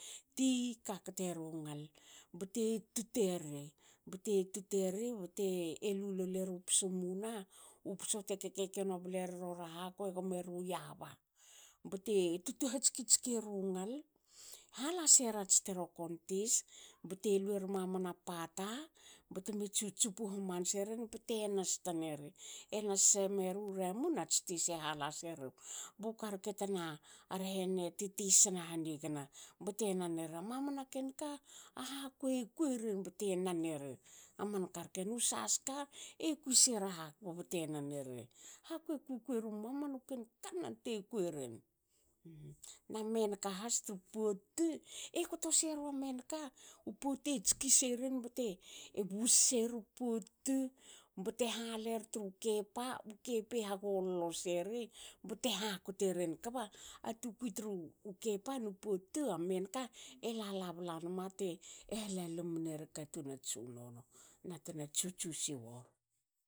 Ti kakate ru ngal bte tuteri. bte tuteri bte elu loleru poso muna u poso te keke ke kekeno blera rora haku e gnomeu yaba. te tutu hatskitski eru ngal hala seras teroknon tis. bte luer mamana pata betme tsu tsupu hamanse ren bte nas tneri. E nas semeru ramon ats tis e hala seri. bu karke tena rehene ti tisna hanigana bte nanere. mamana ken ka a haku e kui ren bte nan eri aman karke nu saska e kui sera haku bte nanere. Haku e kukueru mamanu ken kannan te kue ren. Na menaka has tru pot tu ekto seru menka u pot tu e tski seren bte e bus se re pot tu bte halere tru kepa u kepa hagol lo sere bte hakote ren kba a tukkui tru kepa nu pot tu a menka e lala bla nama te halalum nera katun a tsunono na tna tsutsu siwori.